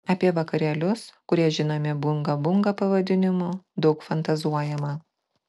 apie vakarėlius kurie žinomi bunga bunga pavadinimu daug fantazuojama